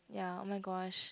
ya oh my gosh